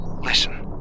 listen